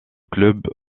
club